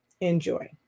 Enjoy